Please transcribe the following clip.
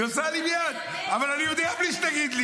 היא עושה לי מייד: אבל אני יהודייה בלי שתגיד לי.